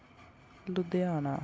Ludhiana